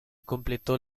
completó